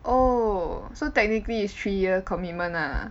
oh so technically is three year commitment ah